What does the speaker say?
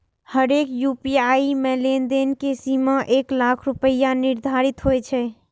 हरेक यू.पी.आई मे लेनदेन के सीमा एक लाख रुपैया निर्धारित होइ छै